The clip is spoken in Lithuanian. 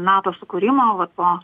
nato sukūrimo vat po